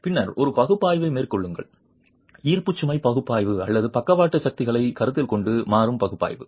பின்னர் ஒரு பகுப்பாய்வை மேற்கொள்ளுங்கள் ஈர்ப்பு சுமை பகுப்பாய்வு அல்லது பக்கவாட்டு சக்திகளைக் கருத்தில் கொண்டு மாறும் பகுப்பாய்வு